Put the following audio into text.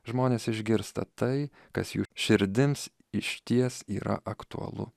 žmonės išgirsta tai kas jų širdims išties yra aktualu